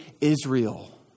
Israel